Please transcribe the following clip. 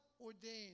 ordained